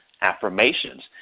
affirmations